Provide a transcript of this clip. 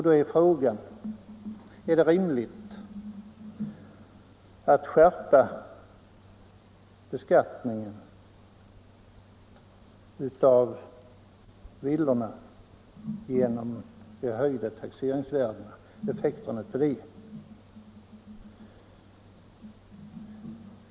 Då är frågan: Är det rimligt att skärpa beskattningen av villorna genom effekterna av de höjda taxeringsvärdena?